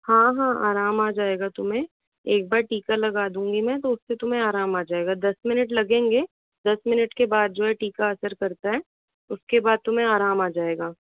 हाँ हाँ आराम आ जाएगा तुम्हें एक बार टीका लगा दूँगी में तो उससे तुम्हें आराम आ जाएगा दस मिनट लगेंगे दस मिनट के बाद जो है टीका असर करता है उसके बाद तुम्हें आराम आ जाएगा